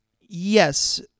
Yes